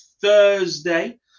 Thursday